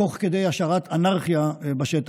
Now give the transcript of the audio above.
תוך כדי השארת אנרכיה בשטח.